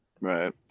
Right